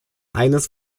eines